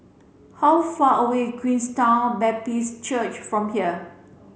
how far away Queenstown Baptist Church from here